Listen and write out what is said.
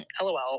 LOL